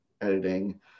editing